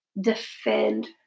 defend